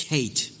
Kate